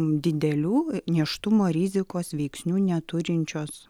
didelių nėštumo rizikos veiksnių neturinčios